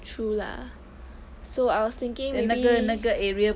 true lah so I was thinking maybe